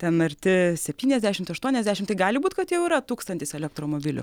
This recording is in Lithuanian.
ten arti septyniasdešimt aštuoniasdešimt tai gali būt kad jau yra tūkstantis elektromobilių